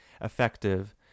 effective